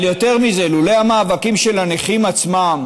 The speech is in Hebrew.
אבל יותר מזה, לולא המאבקים של הנכים עצמם